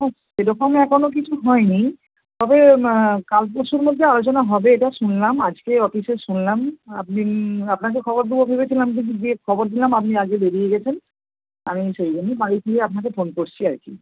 হ্যাঁ সেরকম এখনও কিছু হয় নি তবে কাল পরশুর মধ্যে আলোচনা হবে এটা শুনলাম আজকে অফিসে শুনলাম আপনি আপনাকে খবর দেবো ভেবেছিলাম কিন্তু গিয়ে খবর দিলাম আপনি বেরিয়ে গেছেন আমি সেই জন্যই বাড়ি ফিরে আপনাকে ফোন করছি আর কী